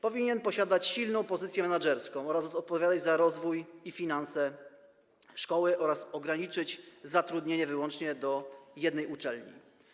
Powinien posiadać silną pozycję menedżerską i odpowiadać za rozwój i finanse szkoły oraz ograniczyć zatrudnienie wyłącznie do jednej uczelni.